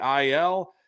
IL